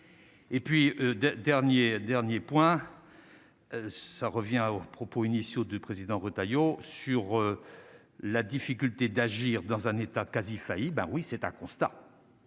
dernier dernier point, ça revient à vos propos initiaux du président Retailleau sur la difficulté d'agir dans un état quasi faillite, ben oui, c'est un constat